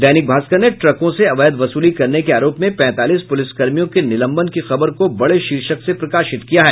दैनिक भास्कर ने ट्रकों से अवैध वसूली करने के आरोप में पैंतालीस पुलिसकर्मियों के निलंबन की खबर को बड़े शीर्षक से प्रकाशित किया है